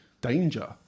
danger